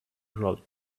wrote